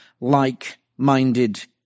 like-minded